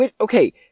Okay